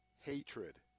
hatred